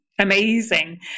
amazing